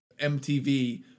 MTV